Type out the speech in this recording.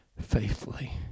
faithfully